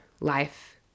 Life